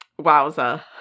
wowza